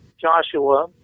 Joshua